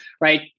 right